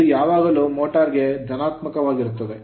ಇದು ಯಾವಾಗಲೂ ಮೋಟರ್ ಗೆ ಧನಾತ್ಮಕವಾಗಿರುತ್ತದೆ